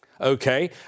Okay